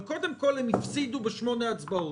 אבל קודם כול הם הפסידו בשמונה הצבעות,